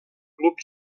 club